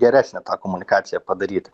geresnę tą komunikaciją padaryt